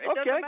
Okay